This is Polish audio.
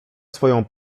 swoją